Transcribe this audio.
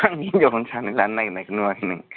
आं हिनजावखौनो सानै लानो नागिरनायखौ नुवाखै नोङो